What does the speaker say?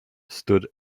stood